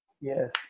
Yes